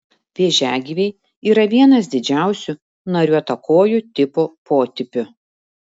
vėžiagyviai yra vienas didžiausių nariuotakojų tipo potipių